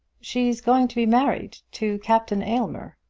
she's going to be married to captain aylmer.